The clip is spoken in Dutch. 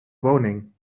woning